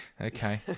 Okay